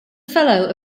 fellow